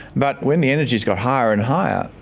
but when the energies got higher and higher,